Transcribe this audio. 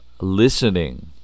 listening